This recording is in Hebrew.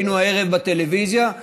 הערב בטלוויזיה,